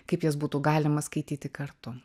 kaip jas būtų galima skaityti kartu